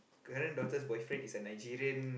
current daughter's boyfriend is a Nigerian